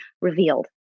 revealed